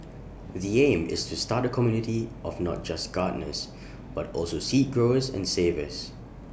the aim is to start A community of not just gardeners but also seed growers and savers